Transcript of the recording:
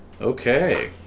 Okay